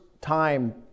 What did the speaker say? time